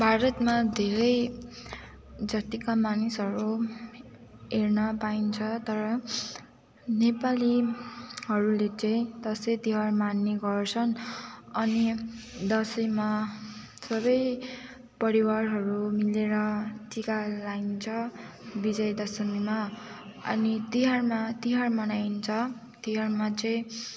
भारतमा धेरै जातिका मानिसहरू हेर्न पाइन्छ तर नेपालीहरूले चाहिँ दसैँ तिहार मान्ने गर्छन् अनि दसैँमा सबै परिवारहरू मिलेर टिका लगाइन्छ विजय दशमीमा अनि तिहारमा तिहार मनाइन्छ तिहारमा चाहिँ